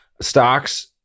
Stocks